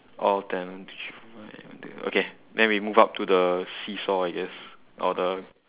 all ten okay then we move up to the seesaw I guess or the